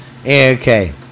Okay